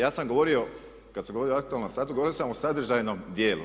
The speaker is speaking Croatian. Ja sam govorio kad sam govorio na aktualnom satu govorio sam o sadržajnom dijelu.